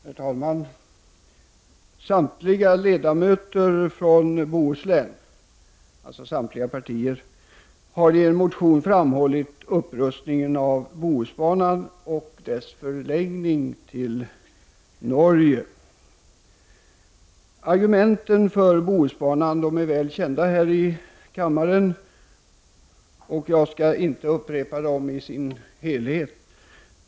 Herr talman! Samtliga ledamöter från Bohuslän — från samtliga partier — har i en motion framhållit upprustningen av Bohusbanan och dess förlängning till Norge. Argumenten för Bohusbanan är väl kända här i kammaren, och jag skall inte upprepa dem i deras helhet.